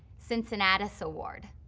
cincinnatus award.